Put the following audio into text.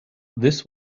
this